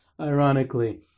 ironically